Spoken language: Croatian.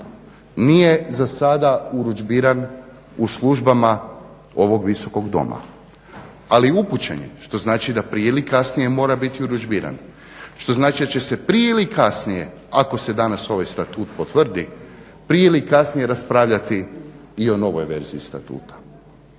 nije za sada urudžbiran u službama ovog visokog Doma, ali upućen je što znači da prije ili kasnije mora biti urudžbiran, što znači da će prije ili kasnije ako se danas ovaj statut potvrdi, prije ili kasnije raspravljati i o novoj verziji statuta.